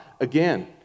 again